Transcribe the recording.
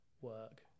work